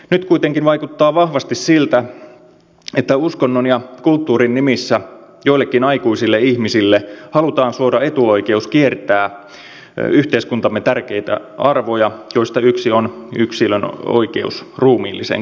nyt kuitenkin vaikuttaa vahvasti siltä että uskonnon ja kulttuurin nimissä joillekin aikuisille ihmisille halutaan suoda etuoikeus kiertää yhteiskuntamme tärkeitä arvoja joista yksi on yksilön oikeus ruumiillisen koskemattomuuteen